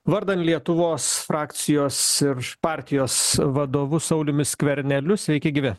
vardan lietuvos frakcijos ir partijos vadovu sauliumi skverneliu sveiki gyvi